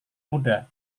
muda